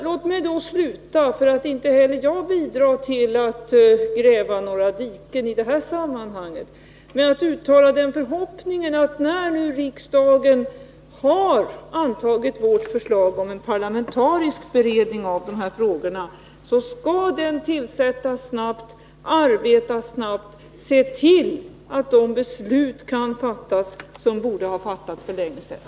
Låt mig då — för inte heller jag vill bidra till att gräva några diken i det här sammanhanget — sluta med att uttala den förhoppningen att när nu riksdagen har antagit vårt förslag om en parlamentarisk beredning av de här frågorna skall den tillsättas snart, arbeta snabbt och se till, att de beslut kan fattas som borde ha fattats för länge sedan.